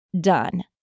Done